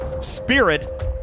Spirit